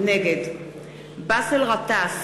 נגד באסל גטאס,